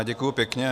Děkuji pěkně.